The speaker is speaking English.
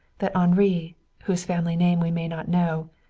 that henri whose family name we may not know,